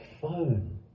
phone